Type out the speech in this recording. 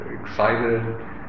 excited